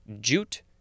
Jute